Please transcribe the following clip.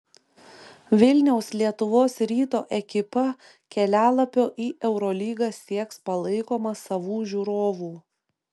vilniaus lietuvos ryto ekipa kelialapio į eurolygą sieks palaikoma savų žiūrovų